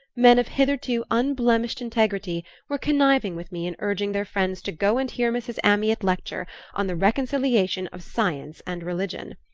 men of hitherto unblemished integrity were conniving with me in urging their friends to go and hear mrs. amyot lecture on the reconciliation of science and religion!